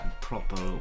proper